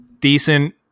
decent